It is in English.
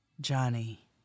Johnny